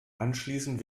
anschließend